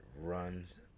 runs